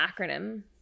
acronym